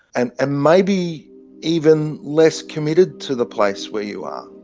and and maybe even less committed to the place where you are,